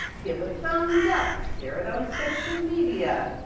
give a thumbs up, share it on social media,